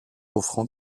offrant